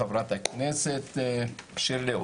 חברת הכנסת שירלי,